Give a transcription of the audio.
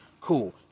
cool